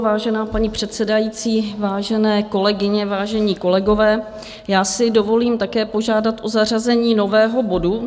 Vážená paní předsedající, vážené kolegyně, vážení kolegové, já si dovolím také požádat o zařazení nového bodu.